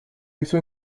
hizo